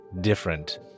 different